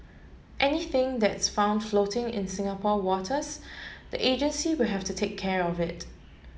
anything that's found floating in Singapore waters the agency will have to take care of it